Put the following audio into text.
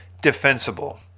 defensible